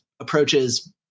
approaches